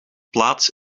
plaats